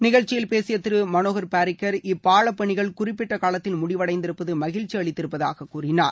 நிகழ்ச்சியில் பேசிய திரு மனோகள் பாரிக்கள் இப்பால பணிகள் குறிப்பிட்ட காலத்தில் முடிவடைந்திருப்பது மகிழ்ச்சி அளித்திருப்பதாக கூறினார்